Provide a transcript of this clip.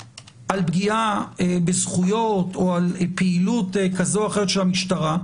פגיעה בזכויות או על פעילות כזו או אחרת של המשטרה.